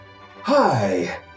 Hi